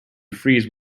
freeze